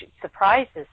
surprises